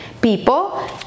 people